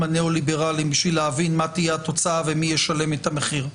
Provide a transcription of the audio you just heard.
הניאו-ליברליים בשביל להבין מה תהיה התוצאה ומי ישלם את המחיר.